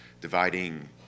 dividing